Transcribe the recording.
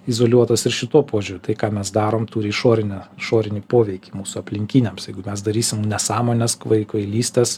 izoliuotas ir šituo požiūriu tai ką mes darom turi išorinę išorinį poveikį mūsų aplinkiniams jeigu mes darysim nesąmones kvai kvailystes